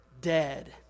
dead